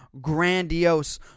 grandiose